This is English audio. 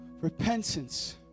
repentance